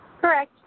Correct